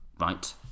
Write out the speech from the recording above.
right